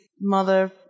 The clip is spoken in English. mother